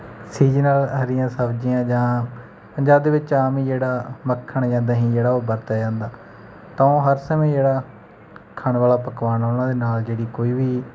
seasonal ਹਰੀਆਂ ਸਬਜ਼ੀਆਂ ਜਾਂ ਪੰਜਾਬ ਦੇ ਵਿੱਚ ਆਮ ਹੀ ਜਿਹੜਾ ਮੱਖਣ ਜਾਂ ਦਹੀਂ ਜਿਹੜਾ ਉਹ ਵਰਤਿਆ ਜਾਂਦਾ ਤਾਂ ਉਹ ਹਰ ਸਮੇਂ ਜਿਹੜਾ ਖਾਣ ਵਾਲਾ ਪਕਵਾਨ ਆ ਉਹਨਾਂ ਦੇ ਨਾਲ ਜਿਹੜੀ ਕੋਈ ਵੀ